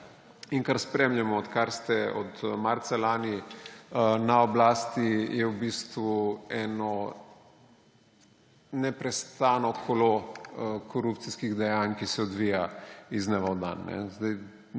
in kar spremljamo, odkar ste od marca lani na oblasti, je v bistvu eno neprestano kolo korupcijskih dejanj, ki se odvija iz dneva v dan.